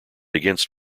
against